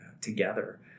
together